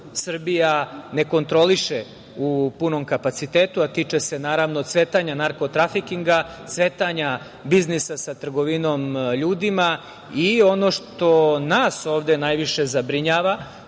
Srbija ne kontroliše u punom kapacitetu, a tiče se, naravno, cvetanja narko-trafikinga, cvetanja biznisa sa trgovinom ljudima i ono što nas ovde najviše zabrinjava,